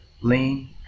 lean